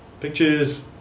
pictures